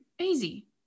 Easy